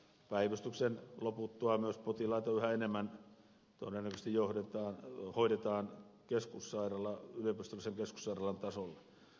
päivystyksen loputtua myös potilaita todennäköisesti yhä enemmän hoidetaan yliopistollisen keskussairaalan tasolla